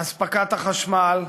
אספקת החשמל,